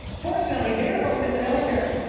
fortunately they're both in the military.